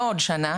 אבל לא עוד שנה,